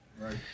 Right